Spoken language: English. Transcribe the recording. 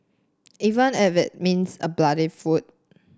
even if it means a bloodied foot